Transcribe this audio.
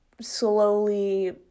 slowly